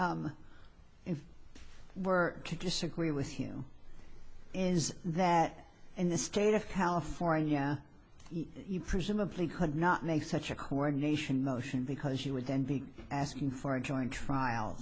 we were to disagree with you is that in the state of california you presumably could not make such a coronation motion because you would then be asking for a joint trial